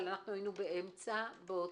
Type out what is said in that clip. בבקשה.